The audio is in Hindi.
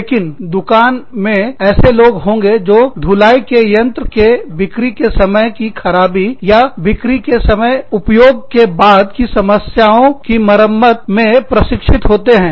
लेकिन दुकान में ऐसे लोग होंगे जो धुलाई के यंत्र के बिक्री के समय की खराबी या बिक्री के समय उपयोग के बाद की समस्याओं की मरम्मत में प्रशिक्षित होते हैं